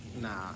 Nah